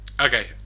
Okay